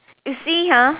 you see ah